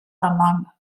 among